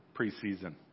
preseason